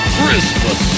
Christmas